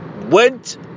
went